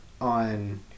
on